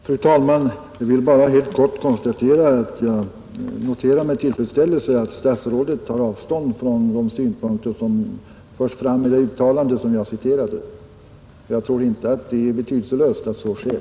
Fru talman! Jag vill bara helt kort säga att jag med tillfredsställelse konstaterar att statsrådet tar avstånd från de synpunkter som förs fram i det uttalande jag citerade. Jag tror inte att det är betydelselöst att så sker.